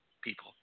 people